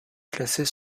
classées